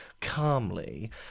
calmly